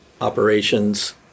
operations